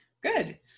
Good